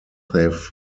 have